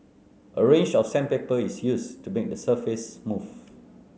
a range of sandpaper is used to make the surface smooth